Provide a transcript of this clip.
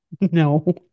No